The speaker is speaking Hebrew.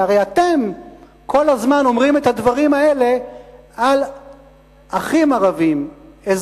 שהרי אתם כל הזמן אומרים את הדברים האלה על אחים ערבים שלכם,